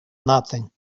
nothing